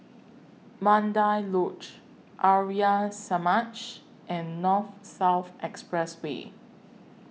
Mandai Lodge Arya Samaj and North South Expressway